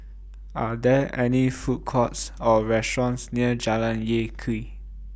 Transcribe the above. Are There any Food Courts Or restaurants near Jalan Lye Kwee